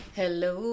hello